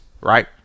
right